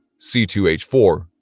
C2H4